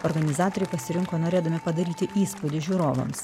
organizatoriai pasirinko norėdami padaryti įspūdį žiūrovams